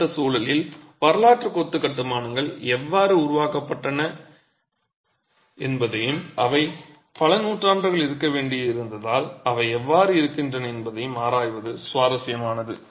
அந்தச் சூழலில் வரலாற்றுக் கொத்து கட்டுமானங்கள் எவ்வாறு உருவாக்கப்பட்டன என்பதையும் அவை பல நூற்றாண்டுகள் இருக்க வேண்டியிருந்தால் அவை எவ்வாறு இருக்கின்றன என்பதையும் ஆராய்வது சுவாரஸ்யமானது